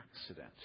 accident